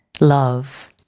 love